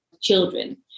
children